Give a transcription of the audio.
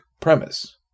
premise